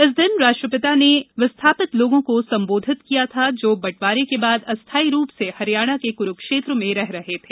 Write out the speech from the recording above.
इस दिन राष्ट्रपिता ने विस्थापित लोगों को संबोधित किया जो बंटवारे के बाद अस्थायी रूप से हरियाणा के कुरूक्षेत्र में रह रहे थे